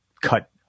cut